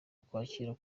ukwakira